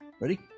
Ready